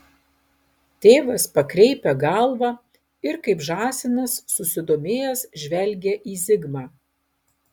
tėvas pakreipia galvą ir kaip žąsinas susidomėjęs žvelgia į zigmą